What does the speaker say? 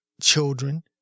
children